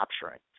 capturing